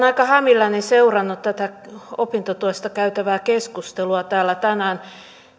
aika hämilläni seurannut tätä opintotuesta käytävää keskustelua täällä tänään